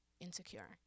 insecure